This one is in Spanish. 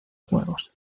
juegos